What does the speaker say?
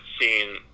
seen